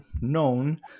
known